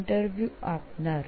interview આપનાર